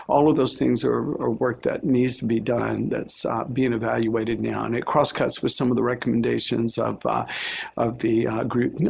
all of those things are work that needs to be done. that's being evaluated now and it crosscuts with some of the recommendations of of the group,